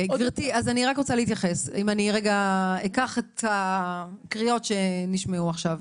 את שומעת את הקריאות עכשיו.